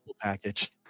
package